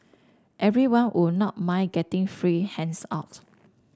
everyone would not mind getting free hands out